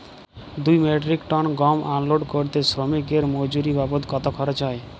দুই metric ton গম unload করতে শ্রমিক এর মজুরি বাবদ কত খরচ হয়?